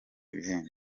ibihembo